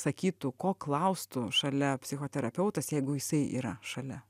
sakytų ko klaustų šalia psichoterapeutas jeigu jisai yra šalia